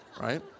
Right